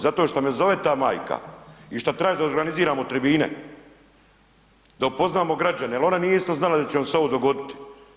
Zato što me zove ta majka i što traži da organiziramo tribine, da upoznamo građane jer ona nije isto znala da će nam se ovo dogoditi.